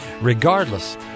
regardless